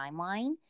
timeline